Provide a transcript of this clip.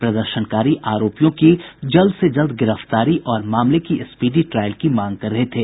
प्रदर्शनकारी आरोपियों की जल्द से जल्द गिरफ्तारी और मामले की स्पीडी ट्रायल की मांग कर रहे थे